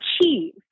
achieve